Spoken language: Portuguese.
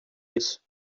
isso